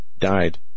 died